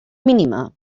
mínima